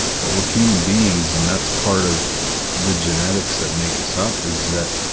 but we're human beings and that's part of the genetics that make us up is that,